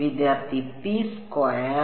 വിദ്യാർത്ഥി P square